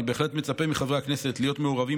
אני בהחלט מצפה מחברי הכנסת להיות מעורבים